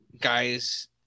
guys